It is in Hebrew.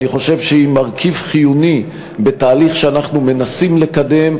ואני חושב שהיא מרכיב חיוני בתהליך שאנחנו מנסים לקדם,